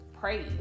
praise